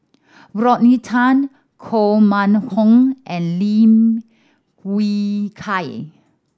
Rodney Tan Koh Mun Hong and Lim Wee Kiak